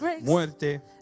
muerte